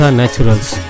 naturals